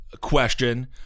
question